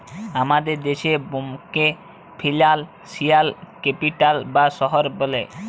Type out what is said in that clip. আমাদের দ্যাশে বম্বেকে ফিলালসিয়াল ক্যাপিটাল বা শহর ব্যলে